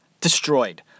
destroyed